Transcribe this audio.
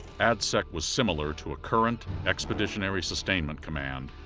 adsec was similar to a current expeditionary sustainment command,